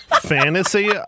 fantasy